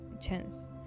chance